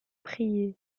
prier